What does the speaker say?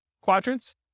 quadrants